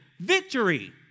Victory